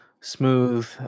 smooth